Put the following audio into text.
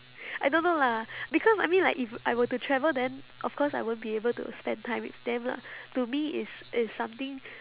I don't know lah because I mean like if I were to travel then of course I won't be able to spend time with them lah to me it's it's something